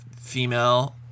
female